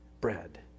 bread